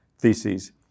theses